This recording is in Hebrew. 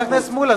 חבר הכנסת מולה,